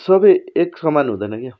सबै एक समान हुँदैन क्या